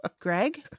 Greg